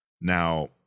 Now